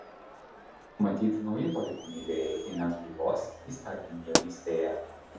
matyt nauji politiniai vėjai įneš gaivos įstatymdavystėje